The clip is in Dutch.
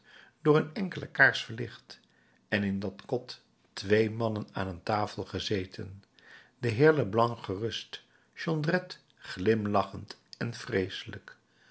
door een enkele kaars verlicht en in dat kot twee mannen aan een tafel gezeten de heer leblanc gerust jondrette glimlachend en vreeselijk